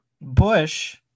Bush